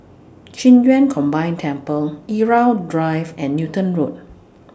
Qing Yun Combined Temple Irau Drive and Newton Road